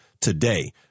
today